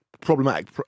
problematic